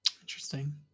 Interesting